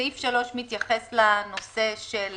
סעיף 3 מתייחס לנושא של